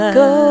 go